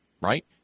right